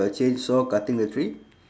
chainsaw cutting the tree